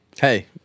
Hey